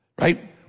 Right